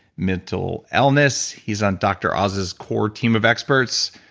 mental illness. he's on dr um oz's core team of experts.